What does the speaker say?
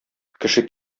кеше